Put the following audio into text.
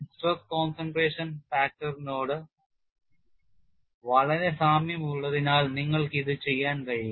stress concentration ഫാക്ടറിനോട് വളരെ സാമ്യമുള്ളതിനാൽ നിങ്ങൾക്ക് ഇത് ചെയ്യാൻ കഴിയും